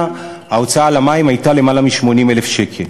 ההוצאה על המים הייתה למעלה מ-80,000 שקל.